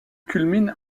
culmine